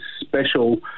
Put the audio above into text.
special